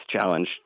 challenge